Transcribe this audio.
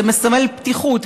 זה מסמל פתיחות,